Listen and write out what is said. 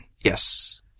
Yes